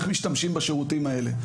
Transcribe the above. איך משתמשים בשירותים האלה.